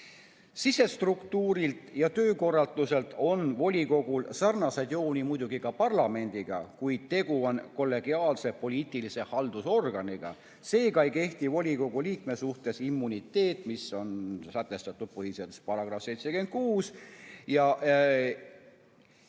Sisestruktuurilt ja töökorralduselt on volikogul sarnaseid jooni muidugi ka parlamendiga, kuid tegu on kollegiaalse poliitilise haldusorganiga. Seega ei kehti volikogu liikme suhtes immuniteet, mis on sätestatud põhiseaduse §-s 76, ja